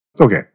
Okay